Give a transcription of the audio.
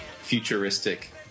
Futuristic